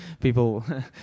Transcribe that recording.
people